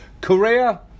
Korea